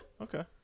Okay